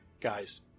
Guys